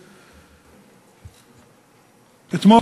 אתמול,